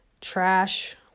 trash